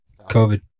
COVID